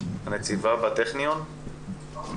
הנציבה בטכניון, בבקשה.